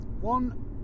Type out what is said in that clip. One